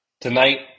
Tonight